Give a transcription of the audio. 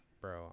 bro